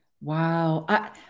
wow